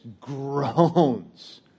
groans